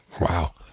Wow